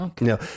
No